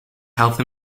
health